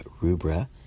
rubra